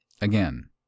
again